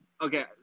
Okay